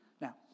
Now